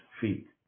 feet